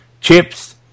chips